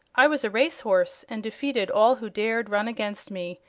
i was a race horse, and defeated all who dared run against me.